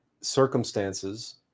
circumstances